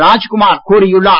ராஜ்குமார் கூறியுள்ளார்